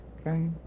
Okay